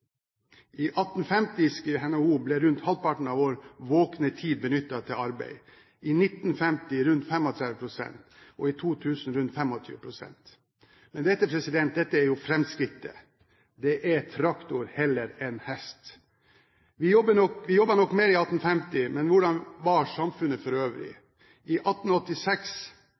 sier NHO, ble rundt halvparten av vår våkne tid benyttet til arbeid, i 1950 rundt 35 pst. og i 2000 rundt 25 pst. Men dette er jo framskrittet. Det er traktor heller enn hest. Vi jobbet nok mer i 1850, men hvordan var samfunnet for øvrig? I 1886